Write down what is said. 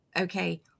okay